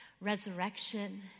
resurrection